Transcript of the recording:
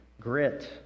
grit